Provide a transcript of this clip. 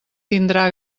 tindrà